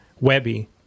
Webby